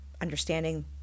understanding